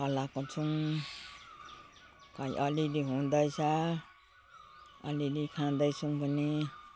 फलाएको छौँ कहीँ अलिअलि हुँदैछ अलिअलि खाँदैछौँ पनि